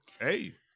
Hey